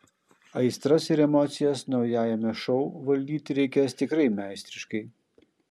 aistras ir emocijas naujajame šou valdyti reikės tikrai meistriškai